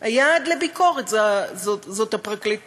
יעד הביקורת הוא הפרקליטות.